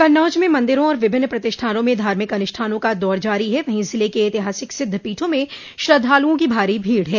कन्नौज में मन्दिरों और विभिन्न प्रतिष्ठानों में धार्मिक अनुष्ठानों का दौर जारी है वहीं जिले के ऐतिहासिक सिद्ध पीठों में श्रद्धालुओं की भारी भीड़ है